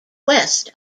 west